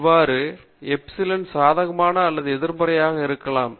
இவ்வாறு எப்சிலான் சாதகமான அல்லது எதிர்மறையாக இருக்கலாம்